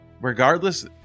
regardless